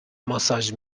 ماساژ